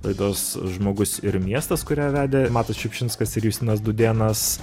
laidos žmogus ir miestas kurią vedė matas šiupšinskas ir justinas dūdėnas